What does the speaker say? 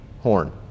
horn